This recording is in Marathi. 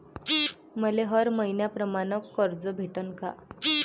मले हर मईन्याप्रमाणं कर्ज भेटन का?